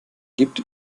gibt